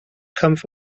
kampf